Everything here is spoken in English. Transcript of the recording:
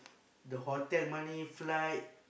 the hotel money flight